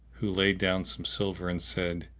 who laid down some silver and said,